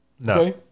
No